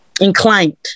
inclined